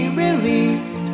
released